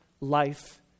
life